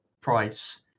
price